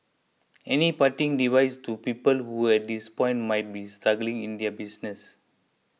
any parting device to people who at this point might be struggling in their business